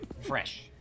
fresh